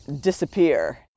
disappear